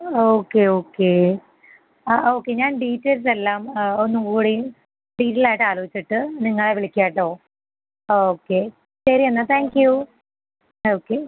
okay okay ആ okay ഞാൻ details എല്ലാം ഒന്നുകൂടി ഡീറ്റെയിൽ ആയിട്ട് ആലോചിച്ചിട്ട് നിങ്ങളെ വിളിക്കാം കേട്ടോ ഓക്കെ ശരി എന്നാൽ താങ്ക് യു ഓക്കെ